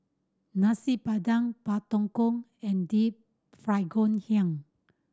Nasi Padang Pak Thong Ko and Deep Fried Ngoh Hiang